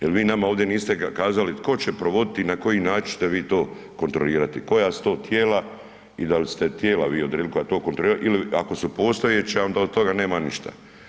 Jel vi nama ovdje niste kazali tko će provoditi i na koji način ćete vi to kontrolirati, koja su to tijela i da li ste odredili tijela koja će to kontrolirati ili ako su postojeća onda od toga nema ništa.